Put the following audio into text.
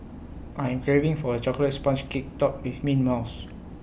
I am craving for A Chocolate Sponge Cake Topped with Mint Mousse